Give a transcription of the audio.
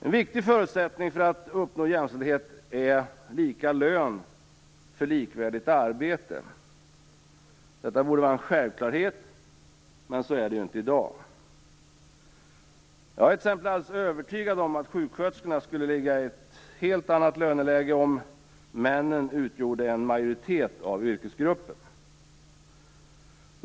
En viktig förutsättning för att uppnå jämställdhet är lika lön för likvärdigt arbete. Detta borde vara en självklarhet, men så är det inte i dag. Jag är t.ex. övertygad om att sjuksköterskorna skulle ligga i ett helt annat löneläge om männen utgjorde en majoritet av yrkesgruppen.